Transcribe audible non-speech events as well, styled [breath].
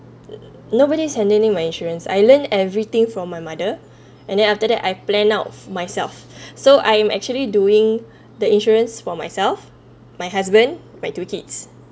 nobody's handling my insurance I learnt everything from my mother [breath] and then after that I plan out myself [breath] so I am actually doing [breath] the insurance for myself my husband my two kids